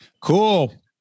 Cool